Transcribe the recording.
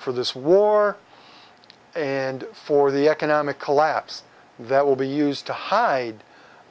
for this war and for the economic collapse that will be used to hide